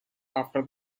after